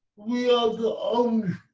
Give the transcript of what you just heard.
we are the um